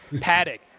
Paddock